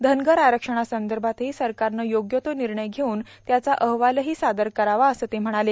धनगर आरक्षणासंदभातही सरकारनं योग्य तो र्मिणय घेऊन त्याचा अहवालही सादर करावा असं ते म्हणाले